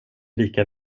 lika